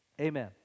Amen